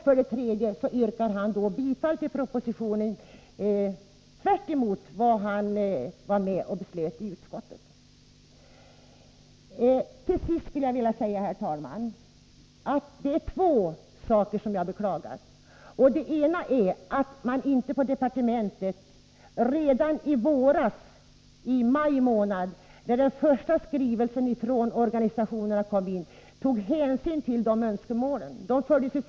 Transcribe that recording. Vidare yrkar han bifall till propositionen — tvärtemot vad han varit med om att besluta i utskottet. Till sist skulle jag vilja säga, herr talman, att det är två saker som jag beklagar. Det ena som jag beklagar är att man på departementet inte redan i våras, i maj månad, då den första skrivelsen från organisationerna kom in, tog hänsyn till de önskemål som framfördes där.